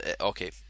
Okay